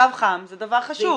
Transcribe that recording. קו חם זה דבר חשוב.